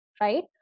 right